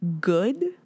good